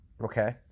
Okay